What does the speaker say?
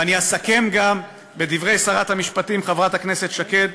ואני אסכם בדברי שרת המשפטים, חברת הכנסת שקד,